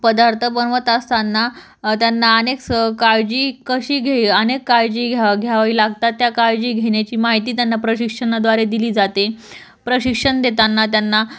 पदार्थ बनवत आसताना त्यांना अनेक स काळजी कशी घे अनेक काळजी घ्या घ्यावी लागतात त्या काळजी घेण्याची माहिती त्यांना प्रशिक्षणाद्वारे दिली जाते प्रशिक्षण देताना त्यांना